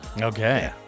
Okay